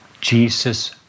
Jesus